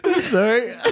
Sorry